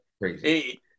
crazy